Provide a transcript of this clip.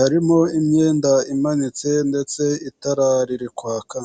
harimo imyenda imanitse ndetse itara riri kwaka.